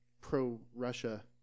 pro-Russia